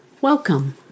Welcome